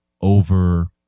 over